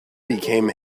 became